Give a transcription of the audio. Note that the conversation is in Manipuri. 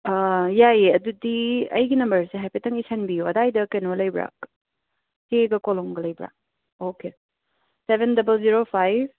ꯌꯥꯏꯌꯦ ꯑꯗꯨꯗꯤ ꯑꯩꯒꯤ ꯅꯝꯕꯔꯁꯦ ꯍꯥꯏꯐꯦꯠꯇꯪ ꯏꯁꯟꯕꯤꯌꯣ ꯑꯗꯥꯏꯗ ꯀꯩꯅꯣ ꯂꯩꯕ꯭ꯔꯥ ꯆꯦꯒ ꯀꯣꯂꯣꯝꯒ ꯂꯩꯕ꯭ꯔꯥ okay seven double zero five